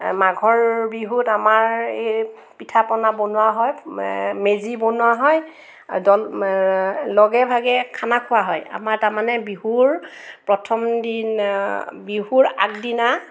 মাঘৰ বিহুত আমাৰ এই পিঠা পনা বনোৱা হয় মেজি বনোৱা হয় লগে ভাগে খানা খোৱা হয় আমাৰ তাৰমানে বিহুৰ প্ৰথম দিনা বিহুৰ আগদিনা